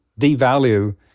devalue